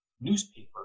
newspaper